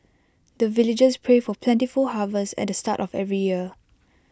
the villagers pray for plentiful harvest at the start of every year